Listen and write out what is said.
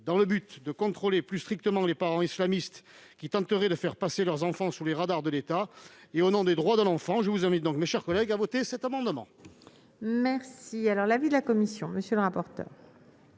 Dans le but de contrôler plus strictement les parents islamistes qui tenteraient de faire passer leurs enfants sous les radars de l'État, et au nom des droits de l'enfant, je vous invite, mes chers collègues, à adopter cet amendement. Quel est l'avis de la commission de la culture